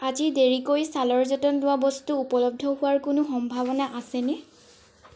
আজি দেৰিকৈ ছালৰ যতন লোৱা বস্তু উপলব্ধ হোৱাৰ কোনো সম্ভাৱনা আছেনে